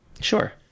Sure